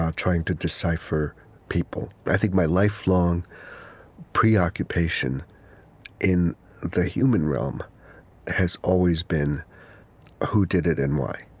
um trying to decipher people. i think my lifelong preoccupation in the human realm has always been who did it and why?